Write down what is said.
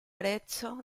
arezzo